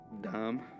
Dumb